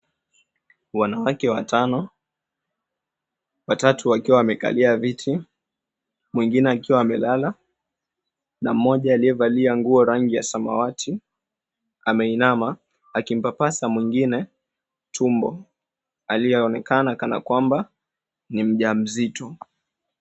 Wanawake watano, watatu wakiwa wamekalia viti mwingine akiwa amelala na mmoja aliyevalia nguo rangi ya samawati ameinama, akimpapasa mwingine tumbo aliyeonekana kana kwamba ni mja mzito.